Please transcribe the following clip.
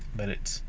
but it's